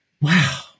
wow